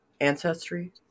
ancestry